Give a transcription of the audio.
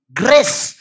grace